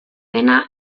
dena